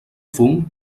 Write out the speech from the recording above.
fum